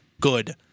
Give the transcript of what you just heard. good